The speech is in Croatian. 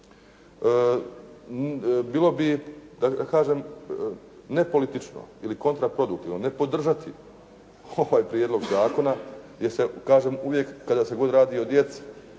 Bilo bi, kako da kažem ne političko, ili kontraproduktivno ne podržati ovaj prijedlog zakona gdje se kažem uvijek, kada se god radi o djeci,